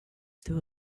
still